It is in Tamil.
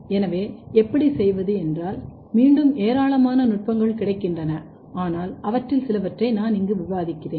எனவே எப்படி செய்வது என்றால் மீண்டும் ஏராளமான நுட்பங்கள் கிடைக்கின்றன ஆனால் அவற்றில் சிலவற்றை நான் இங்கு விவாதிக்கிறேன்